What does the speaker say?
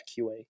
QA